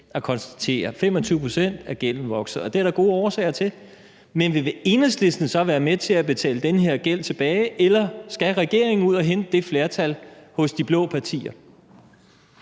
at konstatere. 25 pct. af gælden vokser, og det er der gode årsager til. Men vil Enhedslisten så være med til at betale den her gæld tilbage, eller skal regeringen ud at hente det flertal hos de blå partier?